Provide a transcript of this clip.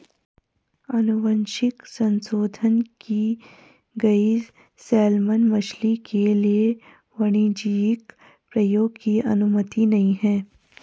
अनुवांशिक संशोधन की गई सैलमन मछली के लिए वाणिज्यिक प्रयोग की अनुमति नहीं है